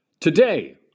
Today